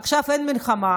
עכשיו אין מלחמה,